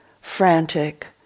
frantic